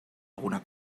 alguna